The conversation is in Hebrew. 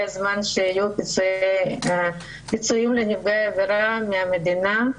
הזמן שיהיו פיצויים לנפגעי עבירה מהמדינה,